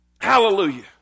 Hallelujah